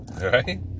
Right